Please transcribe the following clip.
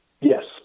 Yes